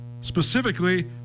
specifically